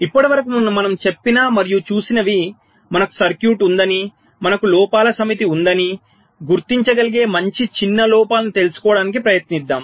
ఇప్పటివరకు మనం చెప్పిన మరియు చూసినవి మనకు సర్క్యూట్ ఉందని మనకు లోపాల సమితి ఉందని గుర్తించగలిగే మంచి చిన్న లోపాలను తెలుసుకోవడానికి ప్రయత్నిద్దాం